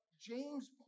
James